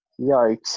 Yikes